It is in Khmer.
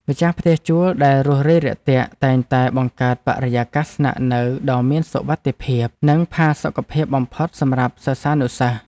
ម្ចាស់ផ្ទះជួលដែលរួសរាយរាក់ទាក់តែងតែបង្កើតបរិយាកាសស្នាក់នៅដ៏មានសុវត្ថិភាព និងផាសុកភាពបំផុតសម្រាប់សិស្សានុសិស្ស។